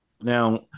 Now